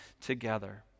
together